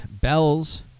Bells